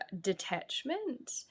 detachment